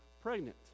pregnant